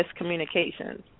miscommunications